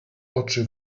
oczy